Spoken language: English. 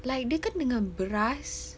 like they come dengan beras